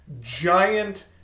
giant